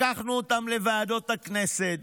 לקחנו אותם לוועדות הכנסת,